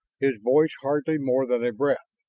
his voice hardly more than a breath.